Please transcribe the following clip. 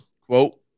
Quote